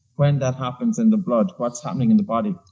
when that happens in the blood, what's happening in the body?